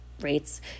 rates